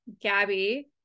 Gabby